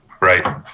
right